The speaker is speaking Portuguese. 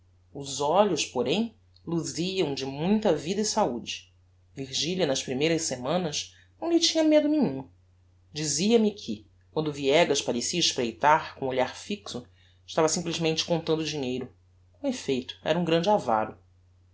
os olhos porém luziam de muita vida e saúde virgilia nas primeiras semanas não lhe tinha medo nenhum dizia-me que quando o viegas parecia espreitar com o olhar fixo estava simplesmente contando dinheiro com effeito era um grande avaro